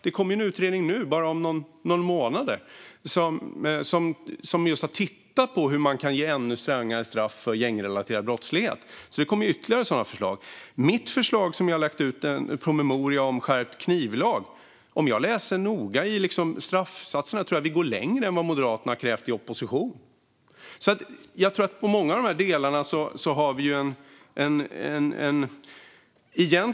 Det kommer ju en utredning om bara några månader som har tittat på just strängare straff för gängrelaterad brottslighet. Det kommer alltså ytterligare sådana förslag. Sedan har vi mitt förslag om skärpt knivlag, som jag har lagt ut en promemoria om. Om man tittar noga på straffsatserna där tror jag att man kan se att vi går längre än vad Moderaterna i opposition har krävt.